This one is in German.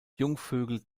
jungvögel